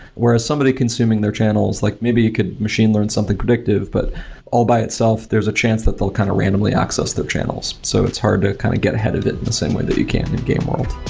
whereas somebody consuming their channels, like maybe you could machine learn something predictive. but all by itself, there's a chance that they'll kind of randomly access their channels. so it's hard to kind of get ahead of it in the same way that you can in a game world.